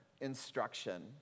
instruction